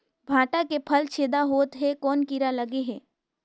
भांटा के फल छेदा होत हे कौन कीरा लगे हे?